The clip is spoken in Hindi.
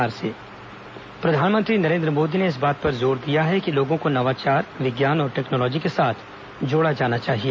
प्रधानमंत्री शांति स्वरूप पुरस्कार प्रधानमंत्री नरेन्द्र मोदी ने इस बात पर जोर दिया है कि लोगों को नवाचार विज्ञान और टेक्नोलॉजी के साथ जोड़ा जाना चाहिए